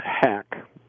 hack